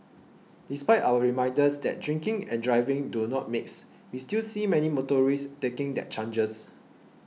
despite our reminders that drinking and driving do not mix we still see many motorists taking their chances